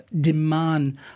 demand